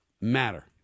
matter